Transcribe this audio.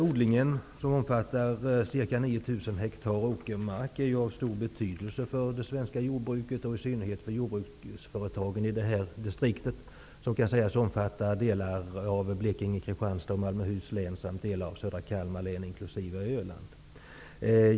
Odlingen, som omfattar ca 9 000 hektar åkermark, är av stor betydelse för det svenska jordbruket och i synnerhet för jordbruksföretagen i det här distriktet, vilket kan sägas omfatta delar av Blekinge län, Kristianstad län och Malmöhus län samt delar av södra Kalmar län inkl. Öland.